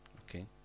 Okay